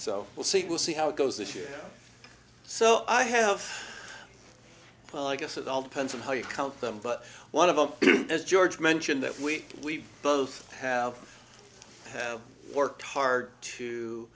so we'll see we'll see how it goes this year so i have well i guess it all depends on how you count them but one of them as george mentioned that we both have worked hard to